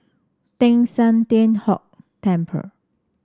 Teng San Tian Hock Temple